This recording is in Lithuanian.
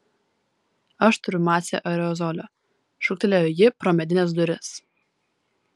aš turiu mace aerozolio šūktelėjo ji pro medines duris